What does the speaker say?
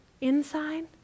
inside